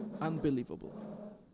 unbelievable